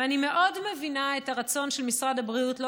ואני מאוד מבינה את הרצון של משרד הבריאות שלא